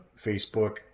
Facebook